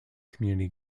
community